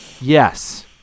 Yes